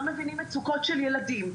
לא מבינים מצוקות של ילדים,